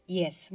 yes